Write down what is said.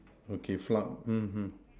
okay flood mmhmm